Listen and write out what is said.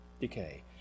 decay